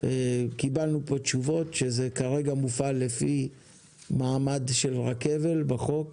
קיבלנו פה תשובות שזה כרגע מופעל לפי מעמד של רכבל בחוק,